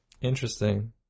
Interesting